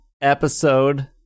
episode